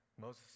Moses